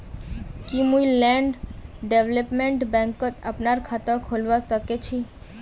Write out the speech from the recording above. की मुई land development बैंकत अपनार खाता खोलवा स ख छी?